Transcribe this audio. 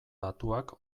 datuak